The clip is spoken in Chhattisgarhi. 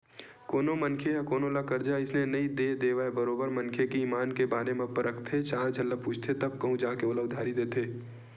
कोनो मनखे ह कोनो ल करजा अइसने नइ दे देवय बरोबर मनखे के ईमान के बारे म परखथे चार झन ल पूछथे तब कहूँ जा के ओला उधारी देथे